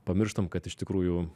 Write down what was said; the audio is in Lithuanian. pamirštam kad iš tikrųjų